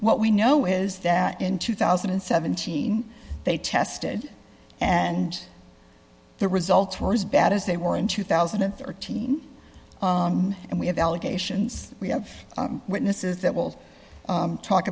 what we know is that in two thousand and seventeen they tested and the results were as bad as they were in two thousand and thirteen and we have allegations we have witnesses that will talk